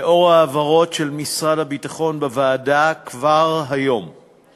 לאור ההבהרות של משרד הביטחון בוועדה כי כבר